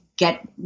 Get